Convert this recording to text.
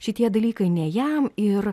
šitie dalykai ne jam ir